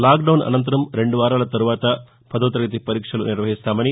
lock down అసంతరం రెండు వారాల తరువాత పదో తరగతి పరీక్షలు నిర్వహిస్తామని